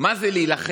מה זה להילחם?